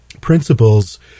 principles